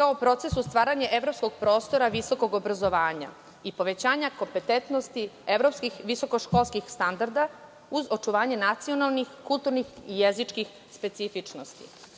kao procesu stvaranju evropskog prostora visokog obrazovanja i povećanja kompetentnosti evropskih visokoškolskih standarda, uz očuvanje nacionalnih, kulturnih i jezičkih specifičnosti. Donošenjem